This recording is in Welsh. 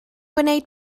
gwneud